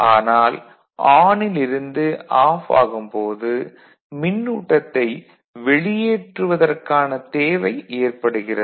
ஆனால் ஆன் ல் இருந்து ஆஃப் ஆகும் போது மின்னூட்டத்தை வெளியேற்றுவதற்கான தேவை ஏற்படுகிறது